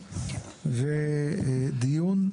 ודיון.